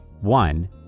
One